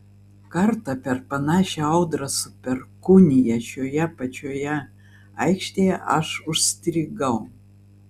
kartą per panašią audrą su perkūnija šioje pačioje aikštėje aš užstrigau